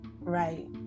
Right